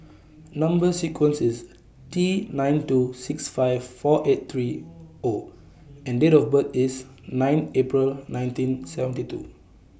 Number sequence IS T nine two six five four eight three O and Date of birth IS nine April nineteen seventy two